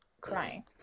crying